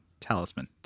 Talisman